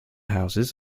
houses